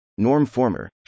normformer